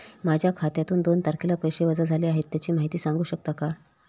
माझ्या खात्यातून दोन तारखेला पैसे वजा झाले आहेत त्याची माहिती सांगू शकता का?